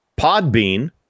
Podbean